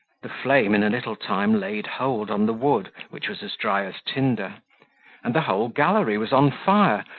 the flame in a little time laid hold on the wood, which was as dry as tinder and the whole gallery was on fire,